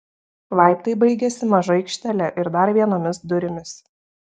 laiptai baigiasi maža aikštele ir dar vienomis durimis